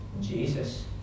Jesus